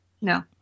no